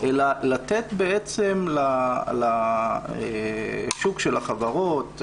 אלא לתת בעצם לשוק של החברות,